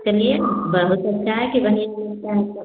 चलिए बहुत अच्छा है कि वही है सब